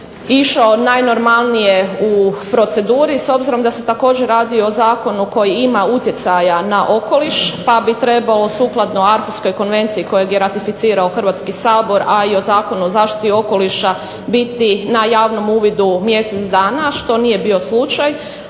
išao najnormalnije u proceduri s obzirom da se također radi o Zakonu koji ima utjecaja na okoliš, pa bi trebalo sukladno ... konvenciji koju je ratificirao Hrvatski sabor a i o Zakonu o zaštiti okoliša biti na javnom uvidu mjesec dana što nije bio slučaj.